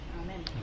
amen